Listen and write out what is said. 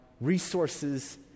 resources